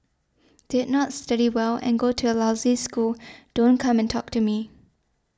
did not study well and go to a lousy school don't come and talk to me